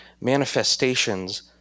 manifestations